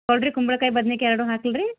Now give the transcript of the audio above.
ತಗೊಳ್ಳಿ ರಿ ಕುಂಬಳಕಾಯಿ ಬದ್ನೆಕಾಯಿ ಎರಡೂ ಹಾಕ್ಲಾ ರೀ